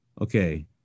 Okay